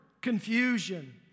confusion